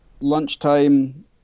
lunchtime